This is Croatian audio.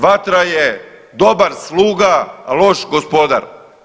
Vatra je dobar sluga, a loš gospodar.